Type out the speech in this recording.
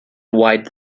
wide